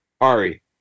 Ari